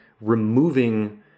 removing